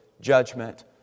judgment